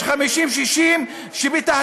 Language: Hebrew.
יש 50 60 בתהליך.